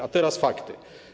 A teraz fakty.